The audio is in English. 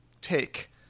take